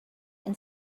and